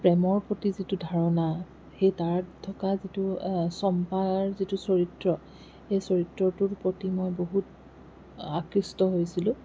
প্ৰেমৰ প্ৰতি যিটো ধাৰণা সেই তাত থকা যিটো চম্পাৰ যিটো চৰিত্ৰ সেই চৰিত্ৰটোৰ প্ৰতি মই বহুত আকৃষ্ট হৈছিলোঁ